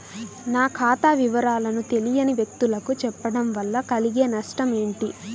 నా ఖాతా వివరాలను తెలియని వ్యక్తులకు చెప్పడం వల్ల కలిగే నష్టమేంటి?